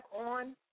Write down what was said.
on